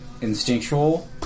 instinctual